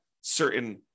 certain